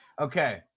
Okay